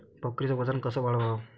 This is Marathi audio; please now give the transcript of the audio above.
बकरीचं वजन कस वाढवाव?